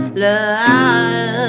love